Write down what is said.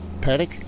paddock